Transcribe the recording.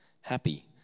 happy